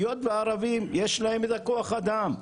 היות ולערבים יש את כוח האדם.